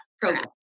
program